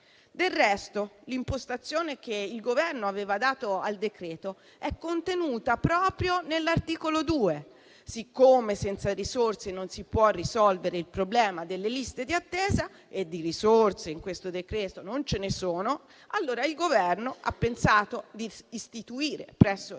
Del resto, l'impostazione che il Governo aveva dato al decreto-legge è contenuta proprio nell'articolo 2; siccome senza risorse non si può risolvere il problema delle liste di attesa e di risorse in questo decreto non ce ne sono, allora il Governo ha pensato di istituire presso il